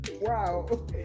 wow